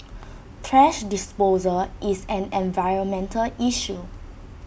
thrash disposal is an environmental issue